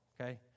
okay